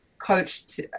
coached